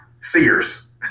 Sears